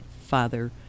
Father